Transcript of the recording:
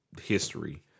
history